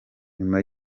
nyuma